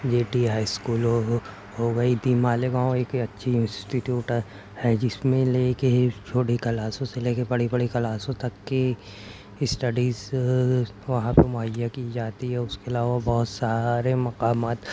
جے T high school ہو ہو ہو گئی تھی مالیگاؤں ایک اچھی انسٹیٹیوٹ ہے جس میں لے کے چھوٹے کلاسوں سے لے کے بڑی بڑی کلاسوں تک کے اسٹڈیز وہاں پہ مہیا کی جاتی ہے اس کے علاوہ بہت سارے مقامات